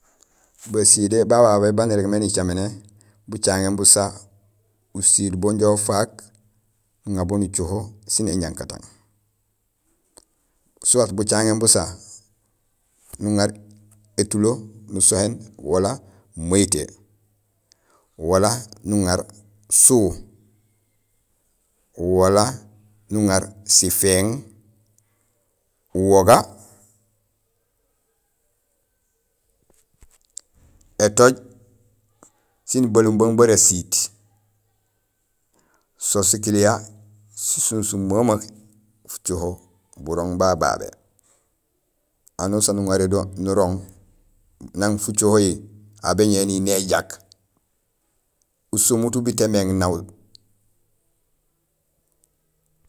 Basilé ba babé baan irégmé nicaméné: bucaŋéén busa usiil bo inja ufaak nuŋa bo nucoho sin éñankatang, soit bucaŋéén busa nuŋaar étulo nusohéén wala mayitee wala nuŋaar suu wala nuŋar sifééŋ, uwoga, étooj, sin balumbung bara siit so sikiliya si sumsuum memeek fucoho burooŋ ba babé. Anusaan uŋaré do nurooŋ nang fucohohi, aw bénoow énini éjak, usomut ubiit émééŋ naw.